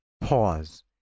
pause